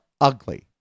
ugly